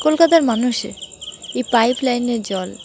কলকাতার মানুষে এই পাইপলাইনের জল